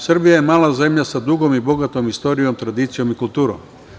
Srbija je mala zemlja sa dugom i bogatom istorijom, tradicijom i kulturom.